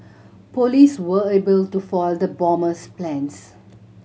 police were able to foil the bomber's plans